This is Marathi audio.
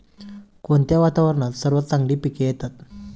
कोणत्या वातावरणात सर्वात चांगली पिके येतात?